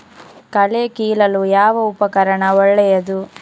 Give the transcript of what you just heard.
ಕಳೆ ಕೀಳಲು ಯಾವ ಉಪಕರಣ ಒಳ್ಳೆಯದು?